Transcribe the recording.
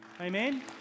Amen